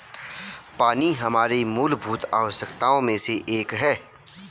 पानी हमारे मूलभूत आवश्यकताओं में से एक है